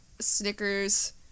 Snickers